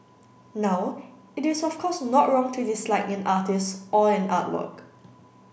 now it is of course not wrong to dislike an artist or an artwork